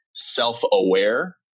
self-aware